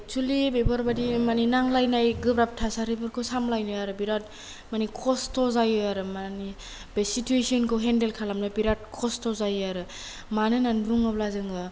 एक्सुलि बेफोरबायदि माने नांलायनाय गोब्राब थासारिफोरखौ सामलायनो आरो बिराद माने खस्थ' जायो आरो माने बे सितुयेसनखौ हेन्डेल खालामनो बिराद खस्थ' जायो आरो मानो होन्नानै बुङोब्ला जोङो